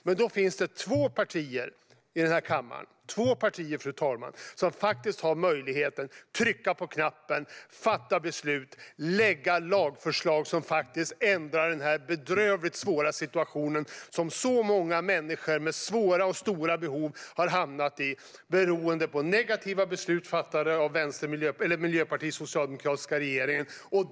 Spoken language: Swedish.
Det finns två partier i kammaren som har möjligheten att trycka på knappen, fatta beslut och lägga fram lagförslag som ändrar den bedrövligt svåra situation som så många människor med svåra och stora behov har hamnat i beroende på negativa beslut fattade av regeringen bestående av Miljöpartiet och Socialdemokraterna.